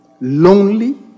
lonely